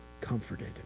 comforted